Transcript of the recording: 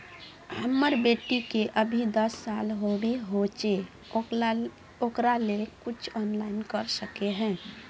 हमर बेटी के अभी दस साल होबे होचे ओकरा ले कुछ ऑनलाइन कर सके है?